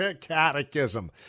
catechism